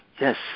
Yes